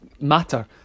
matter